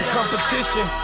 Competition